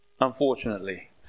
Unfortunately